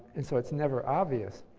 and so, it's never obvious.